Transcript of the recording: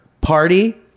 party